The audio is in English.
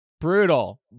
Brutal